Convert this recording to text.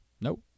Nope